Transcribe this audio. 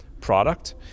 product